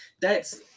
that's-